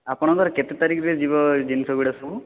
ଆପଣଙ୍କର କେତେ ତାରିଖରେ ଯିବ ଜିନିଷ ଗୁଡ଼ାକ ସବୁ